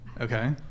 Okay